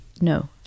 no